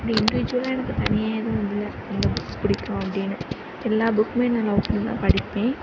இது இண்டிஜுவலாக எனக்கு தனியாக எதுவும் இல்லை எந்த புக்ஸ் பிடிக்கும் அப்படின்னு எல்லா புக்குமே நான் லவ் பண்ணி தான் படிப்பேன்